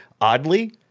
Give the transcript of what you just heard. oddly